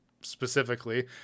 specifically